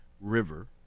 river